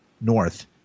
north